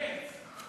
אמת.